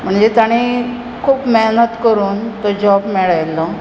म्हणजे ताणें खूब मेहनत करून तो जोब मेळयल्लो